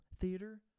theater